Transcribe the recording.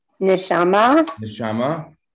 Neshama